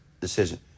decision